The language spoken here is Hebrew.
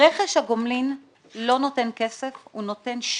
רכש הגומלין לא נותן כסף, הוא נותן שוק.